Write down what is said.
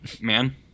man